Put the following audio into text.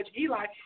Eli